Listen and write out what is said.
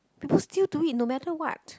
people still do it no matter what